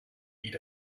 eat